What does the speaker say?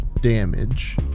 damage